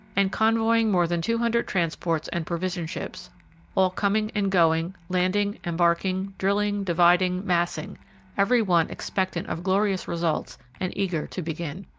and convoying more than two hundred transports and provision ships all coming and going, landing, embarking, drilling, dividing, massing every one expectant of glorious results and eager to begin.